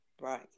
Right